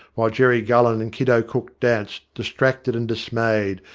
while jerry gullen and kiddo cook danced distracted and dismayed,